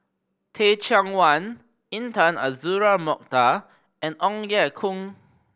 Teh Cheang Wan Intan Azura Mokhtar and Ong Ye Kung